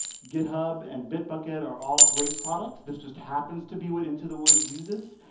github and bitbucket are all great products, this just happens to be what into the woods uses.